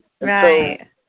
Right